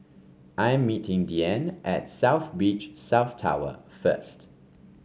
I am meeting Deanne at South Beach South Tower first